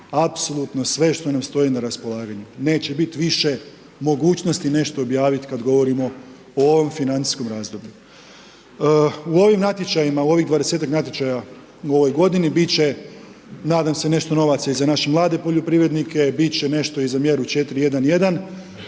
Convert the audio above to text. apsolutno sve što nam stoji na raspolaganju. Neće biti više mogućnosti nešto objaviti, kada govorimo o ovom financijskom razdoblju. U ovim natječajima, u ovih 20-tak natječaja u ovoj godini, biti će, nadam se i nešto novaca i za naše mlade poljoprivrednike, biti će nešto i za mjeru 4.1.1.